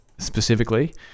specifically